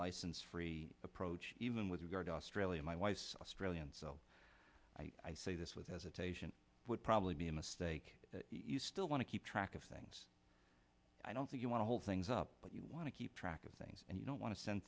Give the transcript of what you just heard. license free approach even with regard to australia my wife's australian so i say this with hesitation would probably be a mistake you still want to keep track of things i don't think you want to hold things up but you want to keep track of things and you don't want to send